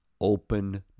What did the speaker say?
open